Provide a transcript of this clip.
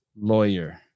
Lawyer